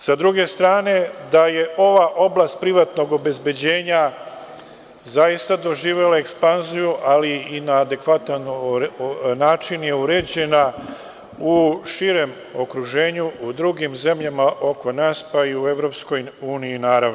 Sa druge strane, da je ova oblast privatnog obezbeđenja zaista doživela ekspanziju, ali i na adekvatan način je uređena u širem okruženju, u drugim zemljama oko nas, pa i u EU, naravno.